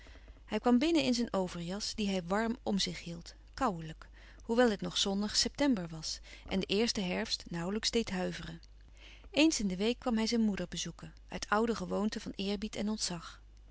hij kwam binnen in zijn overjas die hij warm om zich hield kouwelijk hoewel het nog zonnig september was en de eerste herfst nauwlijks deed huiveren eens in de week kwam hij zijn moeder bezoeken uit oude gewoonte van eerbied en ontzag